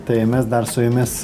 tai mes dar su jumis